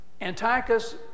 Antiochus